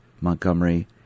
Montgomery